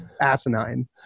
asinine